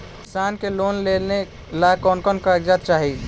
किसान के लोन लेने ला कोन कोन कागजात चाही?